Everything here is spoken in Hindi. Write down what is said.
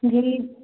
जी